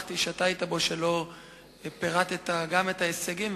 שנכחתי בו ואתה היית בו ולא פירטת גם את ההישגים,